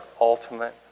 ultimate